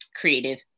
creative